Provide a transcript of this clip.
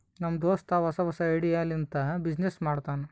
ನಮ್ ದೋಸ್ತ ಹೊಸಾ ಹೊಸಾ ಐಡಿಯಾ ಲಿಂತ ಬಿಸಿನ್ನೆಸ್ ಮಾಡ್ತಾನ್